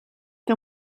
que